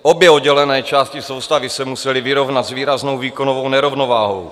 Obě oddělené části soustavy se musely vyrovnat s výraznou výkonovou nerovnováhou.